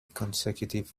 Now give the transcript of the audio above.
consecutive